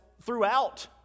throughout